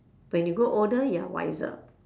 when you grow older you're wiser